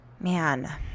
man